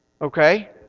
Okay